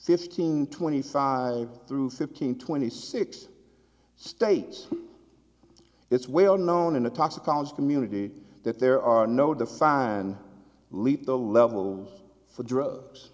fifteen twenty five through fifteen twenty six states it's well known in the toxicology community that there are no define lethal level for drug